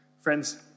Friends